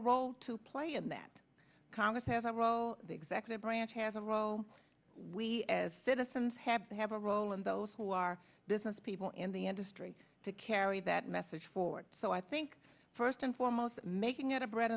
a role to play in that congress has a role the executive branch has a row we as citizens have to have a role in those who are business people in the industry to carried that message forward so i think first and foremost making it a bread